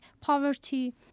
poverty